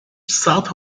south